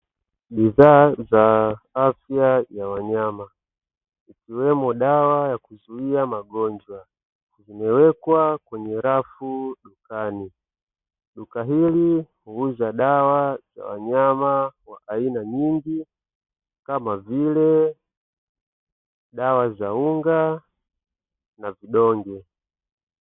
Bidhaa za afya ya wanyama ikiwemo dawa ya kuzuia magonjwa, zimewekwa kwenye rafu dukani. Duka hili huuza dawa za wanyama wa aina nyingi kama vile: dawa za unga na vidonge.